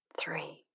three